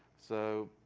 so